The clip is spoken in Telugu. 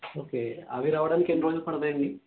ఓకే అవి రావడానికి ఎన్ని రోజులు పడుతాయండి